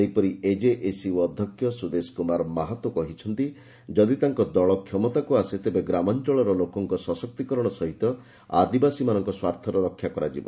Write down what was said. ସେହିପରି ଏଜେଏସୟୁ ଅଧ୍ୟକ୍ଷ ସୁଦେଶ କୁମାର ମାହାତୋ କହିଛନ୍ତି ଯଦି ତାଙ୍କ ଦଳ କ୍ଷମତାକୁ ଆସେ ତେବେ ଗ୍ରାମାଞ୍ଚଳର ଲୋକମାନଙ୍କ ସଶକ୍ତିକରଣ ସହିତ ଆଦିବାସୀମାନଙ୍କ ସ୍ୱାର୍ଥର ସୁରକ୍ଷା କରାଯିବ